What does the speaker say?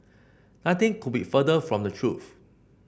nothing could be further from the truth